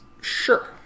Sure